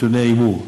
נתוני הימור.